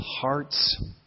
hearts